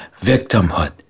victimhood